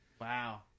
Wow